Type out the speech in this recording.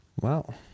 wow